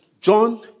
John